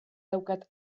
daukat